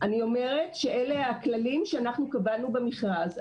אני אומרת שאלה הכללים שאנחנו קבענו במכרז.